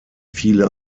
viele